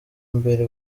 mbere